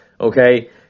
okay